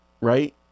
right